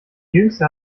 jüngster